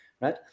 right